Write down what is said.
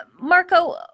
Marco